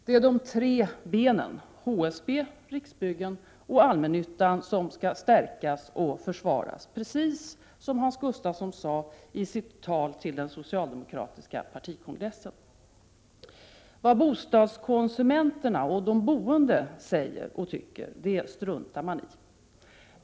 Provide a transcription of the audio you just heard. Det är ”de tre benen”, HSB, Riksbyggen och allmännyttan, som skall stärkas och försvaras, precis som Hans Gustafsson sade i sitt tal till den socialdemokratiska partikongressen. Vad bostadskonsumenterna och de boende säger och tycker struntar man i.